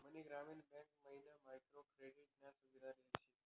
मनी ग्रामीण बँक मयीन micro credit नी सुविधा लेल शे